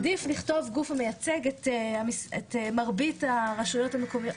עדיף לכתוב גוף המייצג את מרבית הרשויות המקומיות.